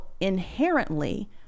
inherently